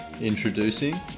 Introducing